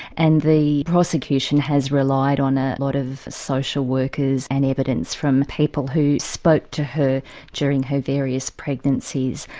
and the prosecution has relied on a lot of social workers and evidence from people who spoke to her during her various pregnancies,